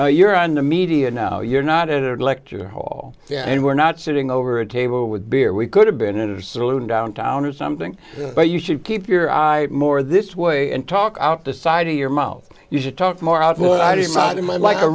may you're on the media now you're not at a lecture hall and we're not sitting over a table with beer we could have been in a saloon downtown or something but you should keep your eye more this way and talk out the side of your mouth you should talk more about what i did not in my like a